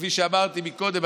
כפי שאמרתי קודם,